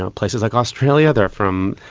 ah places like australia, they're from.